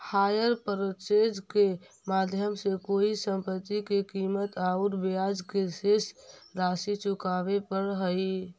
hire purchase के माध्यम से कोई संपत्ति के कीमत औउर ब्याज के शेष राशि चुकावे पड़ऽ हई